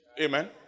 Amen